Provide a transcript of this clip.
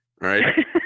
right